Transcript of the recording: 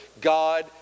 God